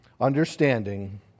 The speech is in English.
understanding